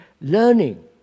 learning